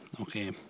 okay